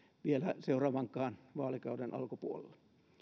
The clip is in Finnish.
vielä seuraavankaan vaalikauden alkupuolella